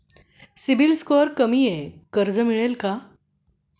CIBIL score कमी आहे कर्ज मिळेल का?